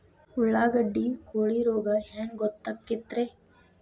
ಉಳ್ಳಾಗಡ್ಡಿ ಕೋಳಿ ರೋಗ ಹ್ಯಾಂಗ್ ಗೊತ್ತಕ್ಕೆತ್ರೇ?